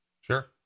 sure